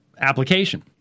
application